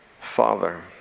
Father